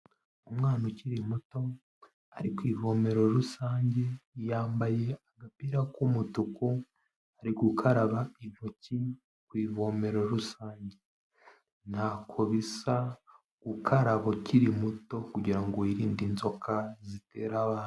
Umwana ukiri muto ari ku ivomero rusange, yambaye agapira k'umutuku, ari gukaraba intoki ku ivomero rusange, ntako bisa gukaraba ukiri muto kugira ngo wirinde inzoka zitera abana.